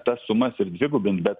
tas sumas ir dvigubint bet